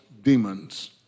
demons